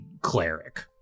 cleric